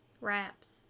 wraps